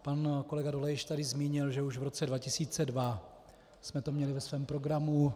Pan kolega Dolejš tady zmínil, že už v roce 2002 jsme to měli ve svém programu.